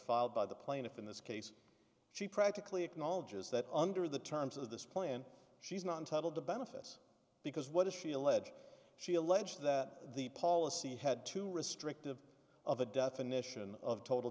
filed by the plaintiff in this case she practically acknowledges that under the terms of this plan she's not entitled to benefits because what if she alleges she alleges that the policy had to restrictive of the definition of total